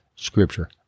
Scripture